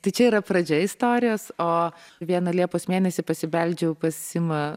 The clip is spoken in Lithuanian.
tai čia yra pradžia istorijas o vieną liepos mėnesį pasibeldžiau pas simą